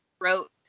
wrote